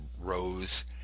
rose